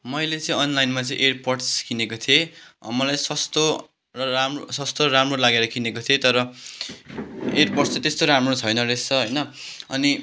मैले चाहिँ अनलाइनमा चाहिँ एयरपट्स किनेको थिएँ मलाई सस्तो र राम् सस्तो राम्रो लागेर किनेको थिएँ तर एयरपोट्स चाहिँ त्यस्तो राम्रो छैन रहेछ होइन अनि